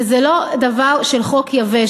וזה לא דבר של חוק יבש,